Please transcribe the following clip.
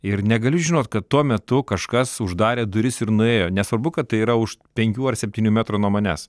ir negaliu žinot kad tuo metu kažkas uždarė duris ir nuėjo nesvarbu kad tai yra už penkių ar septynių metrų nuo manęs